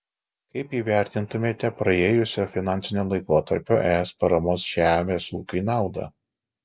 kaip įvertintumėte praėjusio finansinio laikotarpio es paramos žemės ūkiui naudą